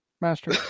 Master